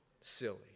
Silly